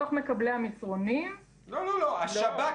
יש לי שאלה כזו: אני אותרתי בחודש מאי כמי שבא במגע,